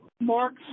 Mark's